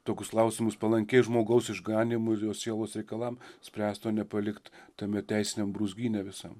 tokius klausimus palankiai žmogaus išganymui ir jo sielos reikalam spręst o ne palikt tame teisiniam brūzgyne visam